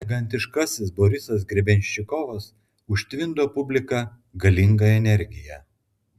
elegantiškasis borisas grebenščikovas užtvindo publiką galinga energija